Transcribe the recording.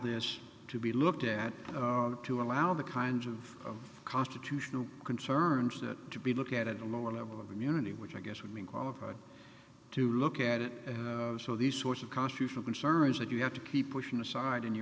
this to be looked at to allow the kinds of constitutional concerns that to be look at a lower level of immunity which i guess would be qualified to look at it so these sorts of constitutional concerns that you have to keep pushing aside